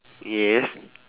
yes